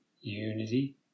unity